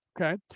Okay